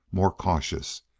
more cautious,